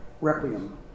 Requiem